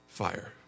fire